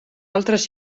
altres